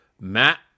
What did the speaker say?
Matt